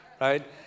right